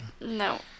No